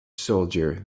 soldier